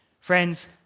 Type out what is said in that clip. Friends